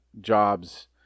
jobs